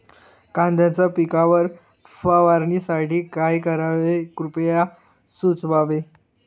कांद्यांच्या पिकावर फवारणीसाठी काय करावे कृपया सुचवावे